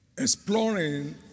exploring